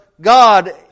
God